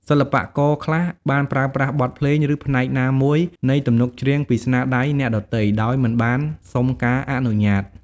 សិល្បករខ្លះបានប្រើប្រាស់បទភ្លេង ឬផ្នែកណាមួយនៃទំនុកច្រៀងពីស្នាដៃអ្នកដទៃដោយមិនបានសុំការអនុញ្ញាត។